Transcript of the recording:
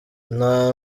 nta